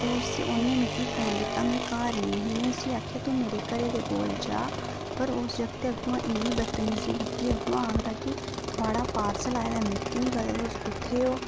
ओह् उन्ने मिगी फोन कीता ते में घर निं ही ते में उसी आक्खेआ तू मेरे घर जा पर उस जागते अगुआं इन्नी बदतमीज़ी कीती कि थोह्ड़ा पार्सल आएदा मिगी निं पता तुस कुत्थेै ओ